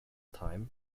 time